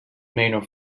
manor